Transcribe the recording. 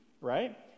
right